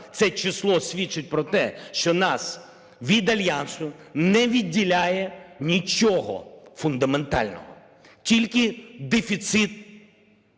Це число свідчить про те, що нас від Альянсу не відділяє нічого фундаментального. Тільки дефіцит